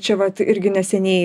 čia vat irgi neseniai